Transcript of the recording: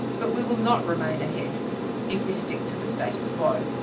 but we will not remain ahead if we stick to the status quo.